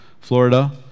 Florida